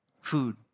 food